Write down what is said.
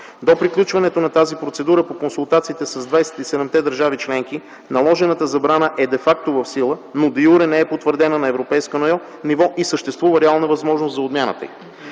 До приключването на тази процедура по консултациите с 27-те държави членки, наложената забрана е де факто в сила, но де юре не е потвърдена на европейско ниво и съществува реална възможност за отмяната й.